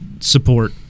support